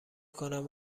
کنند